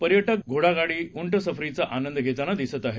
पर्यटक घोडागाडी उंट सफरीचा आनंद घेताना दिसत आहेत